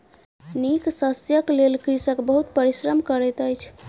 नीक शस्यक लेल कृषक बहुत परिश्रम करैत अछि